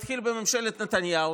זה התחיל בממשלת נתניהו,